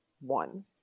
one